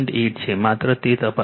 8 છે માત્ર તે તપાસો